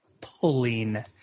pulling